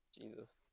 jesus